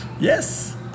Yes